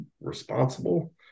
responsible